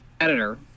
editor